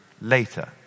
later